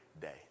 day